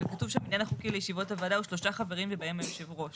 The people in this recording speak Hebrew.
וכתוב שם המניין החוקי לישיבות הוועדה הם שלושה חברים ובהם יושב הראש.